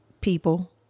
people